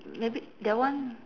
maybe that one